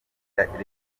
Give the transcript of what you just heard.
rachel